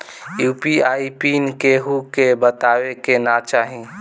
UPI PIN केहू के बतावे के ना चाही